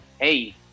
Hey